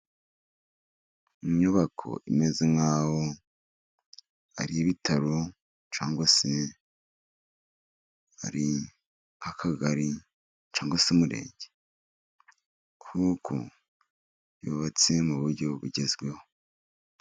Inyubako imeze nk'aho ari ibitaro, cyangwa se ari akagari, cyangwa se umurenge, kuko yubatse mu buryo bugezweho.